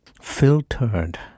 filtered